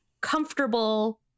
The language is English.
comfortable